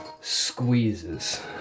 squeezes